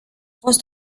fost